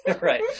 Right